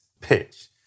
pitch